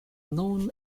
known